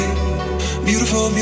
beautiful